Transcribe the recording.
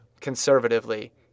conservatively